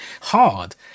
hard